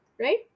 right